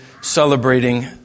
celebrating